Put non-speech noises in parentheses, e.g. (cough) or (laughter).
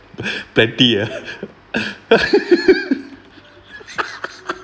plenty ah (laughs)